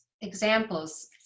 examples